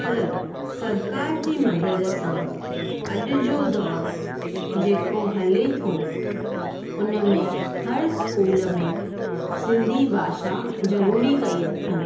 पर सरकार जी मदद सां अॼ जो दौर जेको हले थो उन में हर स्कूल में सिंधी भाषा ज़रूरी कई अथनि